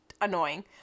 annoying